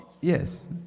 Yes